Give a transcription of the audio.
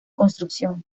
construcción